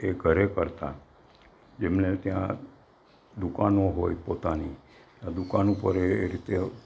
એ ઘરે કરતા જેમને ત્યાં દુકાનો હોય પોતાની દુકાન પર એ રીતે